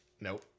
nope